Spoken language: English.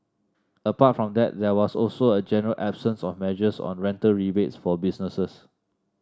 apart from that there was also a general absence of measures on rental rebates for businesses